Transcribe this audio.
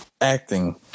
acting